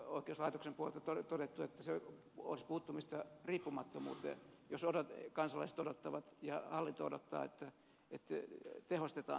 oikeuslaitoksen puolelta on todettu että se olisi puuttumista riippumattomuuteen jos kansalaiset odottavat ja hallinto odottaa että tehostetaan toimintoja